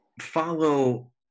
follow